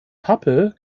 pappe